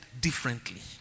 differently